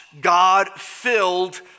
God-filled